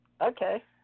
Okay